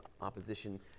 opposition